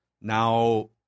Now